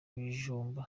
bijumba